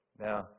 Now